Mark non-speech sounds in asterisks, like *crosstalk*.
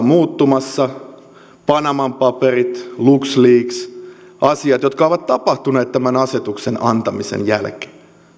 *unintelligible* muuttumassa panaman paperit lux leaks asiat jotka ovat tapahtuneet tämän asetuksen antamisen jälkeen